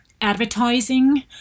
advertising